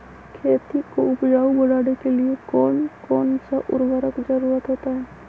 खेती को उपजाऊ बनाने के लिए कौन कौन सा उर्वरक जरुरत होता हैं?